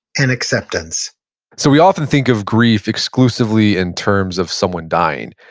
and acceptance so we often think of grief exclusively in terms of someone dying.